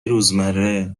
روزمره